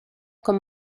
com